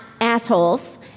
assholes